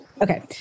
Okay